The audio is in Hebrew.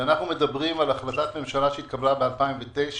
אנחנו מדברים על החלטת ממשלה שהתקבלה ב-2009